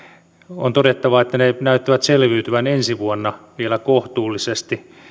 on todettava että ne näyttävät selviytyvän ensi vuonna vielä kohtuullisesti